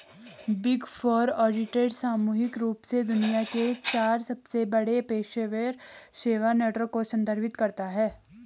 big four auditor सामूहिक रूप से दुनिया के चार सबसे बड़े पेशेवर सेवा नेटवर्क को संदर्भित करता है